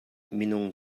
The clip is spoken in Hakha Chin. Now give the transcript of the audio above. minung